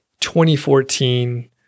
2014